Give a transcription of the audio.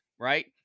right